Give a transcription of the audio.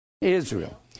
Israel